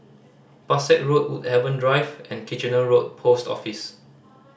Pesek Road Woodhaven Drive and Kitchener Road Post Office